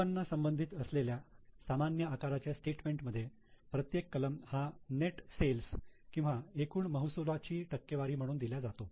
उत्पन्न संबंधित असलेल्या सामान्य आकाराच्या स्टेटमेंट मध्ये प्रत्येक कलम हा नेट सेल्स किंवा एकूण महसुलाची टक्केवारी म्हणून दिल्या जातो